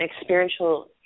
experiential